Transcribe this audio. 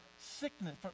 sickness